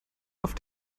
auf